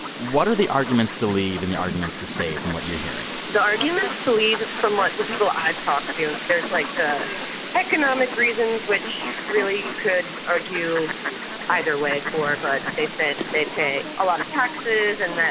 what are the arguments to leave and the arguments to stay, from what you're hearing? the arguments to leave from what the people i've talked to, there's, like, the economic reasons, which really you could argue either way for. but they say that they pay a lot of taxes, and that,